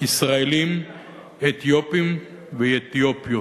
ישראלים אתיופים ואתיופיות.